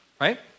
right